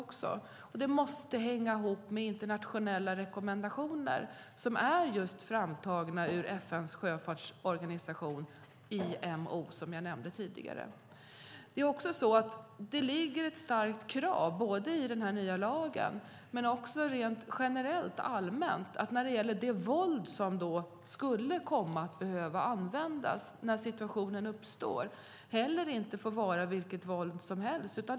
Det måste hänga ihop med internationella rekommendationer som är framtagna av FN:s sjöfartsorganisation IMO, som jag nämnde tidigare. Det ligger ett starkt krav i den nya lagen men också rent generellt när det gäller det våld som skulle kunna behöva användas när situationen uppstår inte får vara vilket våld som helst.